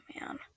man